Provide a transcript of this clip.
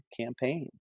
campaign